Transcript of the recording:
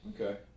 Okay